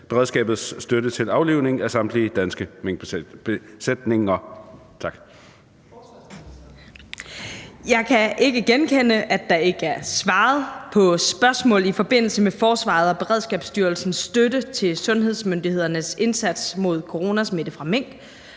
Forsvarsministeren (Trine Bramsen): Jeg kan ikke genkende, at der ikke er svaret på spørgsmål i forbindelse med forsvarets og Beredskabsstyrelsens støtte til sundhedsmyndighedernes indsats mod coronasmitte fra mink.